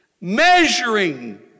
measuring